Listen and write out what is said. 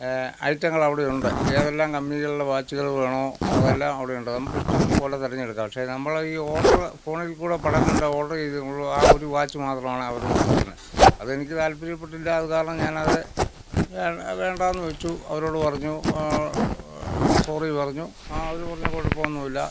ഐറ്റങ്ങൾ എവിടെയുണ്ട് ഏതെല്ലാം കമ്പനികളുടെ വാച്ചുകൾ വേണോ അതെല്ലാം അവിടെയുണ്ട് നമുക്ക് ഇഷ്ടം പോലെ തിരഞ്ഞെടുക്കാം പക്ഷേ നമ്മൾ ഈ ഓർഡർ ഫോണിൽ കൂടെ പടം കണ്ട് ഓർഡർ ചെയ്ത് നമ്മൾ ആ ഒരു വാച്ച് മാത്രമാണ് അവർ കൊണ്ടുവരുന്നത് അതെനിക്ക് താല്പര്യപ്പെട്ടില്ല അത് കാരണം ഞാനത് വേണ്ട എന്ന് വെച്ചു അവരോട് പറഞ്ഞു സോറി പറഞ്ഞു ആ അവർ പറഞ്ഞു കുഴപ്പമൊന്നുമില്ല